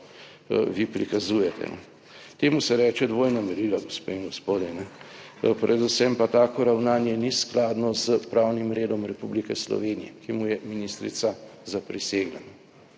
vi prikazujete. Temu se reče dvojna merila, gospe in gospodje. Predvsem pa tako ravnanje ni skladno s pravnim redom Republike Slovenije, ki mu je ministrica zaprisegla.